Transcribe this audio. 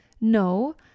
No